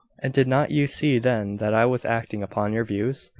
and did not you see then that i was acting upon your views?